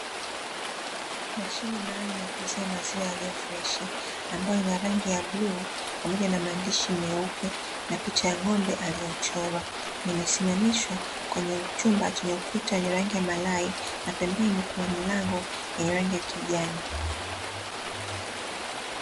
Mashine maalumu ya kuuzia maziwa yaliyo freshi ambayo ina rangi ya bluu pamoja na maandishi meupe na picha ya ng'ombe aliyechorwa imesimamishwa kwenye chumba chenye ukuta wenye rangi ya malai na pembeni kuna milango yenye rangi ya kijani.